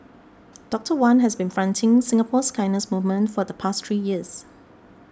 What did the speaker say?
Doctor Wan has been fronting Singapore's kindness movement for the past three years